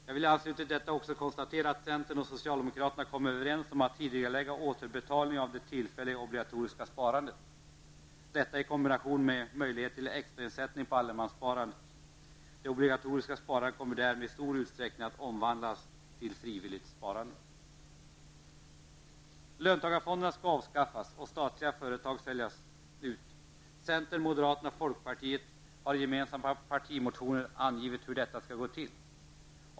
Jag vill i anslutning till detta också konstatera att centern och socialdemokraterna kommit överens om att tidigarelägga återbetalningen av de tillfälliga obligatoriska sparandet -- detta i kombination med möjlighet till extrainsättning på allemanssparandet. Det obligatoriska sparande kommer därmed i stor utsträckning att omvandlas till frivilligt sparande. Löntagarfonderna skall avskaffas och statliga företag säljas ut. Centern, moderaterna och folkpartiet har i gemensamma partimotioner angivit hur detta skall gå till.